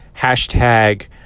hashtag